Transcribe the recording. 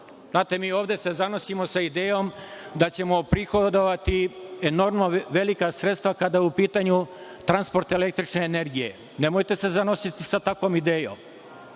mi se ovde zanosimo sa idejom da ćemo prihodovati enormno velika sredstva kada je u pitanju transport električne energije. Nemojte se zanositi sa takvom idejom.